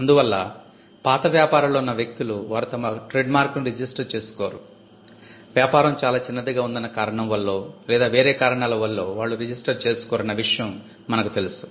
అందువల్ల పాత వ్యాపారాల్లో ఉన్న వ్యక్తులు వారు తమ ట్రేడ్మార్క్ ని రిజిస్టర్ చేసుకోరు వ్యాపారం చాలా చిన్నదిగా ఉందన్న కారణం వల్లో లేదా వేరే కారణాల వల్లో వాళ్ళు రిజిస్టర్ చేసుకోరు అన్న విషయం మనకు తెలుసు